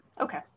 okay